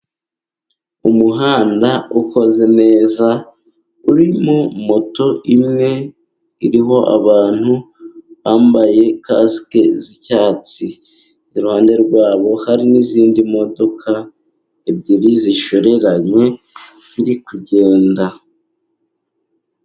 Umuhanda ukoze neza, urimo moto imwe iriho abantu bambaye kasike z'icyatsi iruhande rwabo. Hari n'izindi modoka ebyiri zishoreranye ziri kugenda.